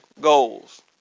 goals